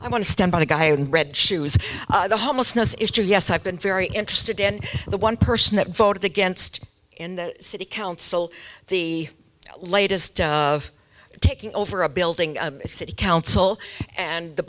to stand by the guy in red shoes the homelessness is yes i've been very interested in the one person that voted against in the city council the latest of taking over a building city council and the